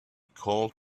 called